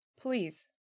Please